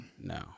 No